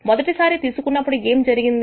మొదటిసారి తీసుకున్నప్పుడు ఏమి జరిగింది